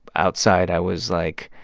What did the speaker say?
outside, i was, like,